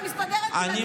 אני מסתדרת בלעדיך, אלקין.